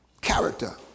Character